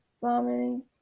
vomiting